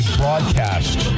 broadcast